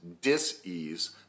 dis-ease